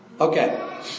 Okay